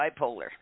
bipolar